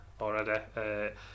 already